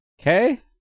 Okay